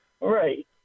Right